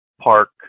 park